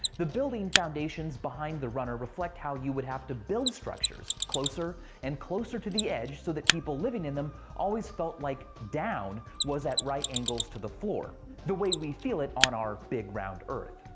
the building foundations behind the runner reflect how you would have to build structures, closer and closer to the edge, so that people living in them always felt like down was at right angles to the floor the way we feel it on our big, round earth.